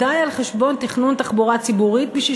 על חשבון תכנון תחבורה ציבורית כדי